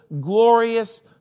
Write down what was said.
glorious